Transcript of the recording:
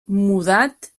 mudat